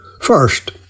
First